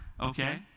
Okay